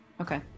Okay